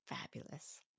Fabulous